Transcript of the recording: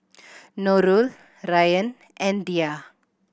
Nurul Ryan and Dhia